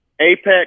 Apex